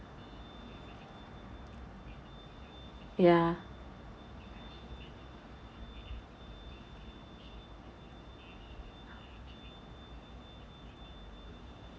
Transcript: ya